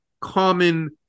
common